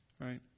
right